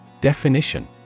Definition